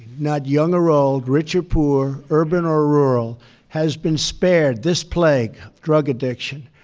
not young or old, rich or poor, urban or rural has been spared this plague, drug addiction,